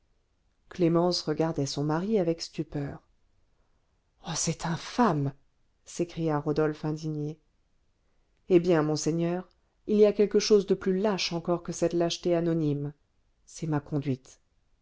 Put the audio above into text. clémence regardait son mari avec stupeur oh c'est infâme s'écria rodolphe indigné eh bien monseigneur il y a quelque chose de plus lâche encore que cette lâcheté anonyme c'est ma conduite